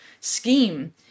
scheme